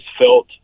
felt